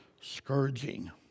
scourging